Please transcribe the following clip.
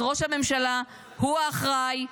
אז ראש הממשלה הוא האחראי.